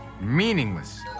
Meaningless